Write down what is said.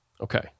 Okay